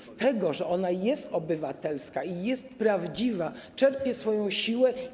Z tego, że ona jest obywatelska i jest prawdziwa, czerpie swoją siłę.